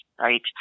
right